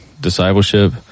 discipleship